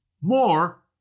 more